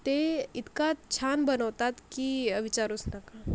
ते इतका छान बनवतात की विचारूच नका